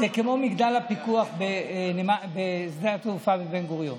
זה כמו מגדל הפיקוח בשדה התעופה בבן-גוריון.